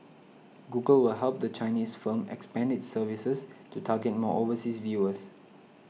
Google will help the Chinese firm expand its services to target more overseas viewers